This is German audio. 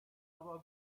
aber